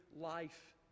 life